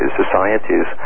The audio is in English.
societies